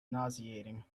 nauseating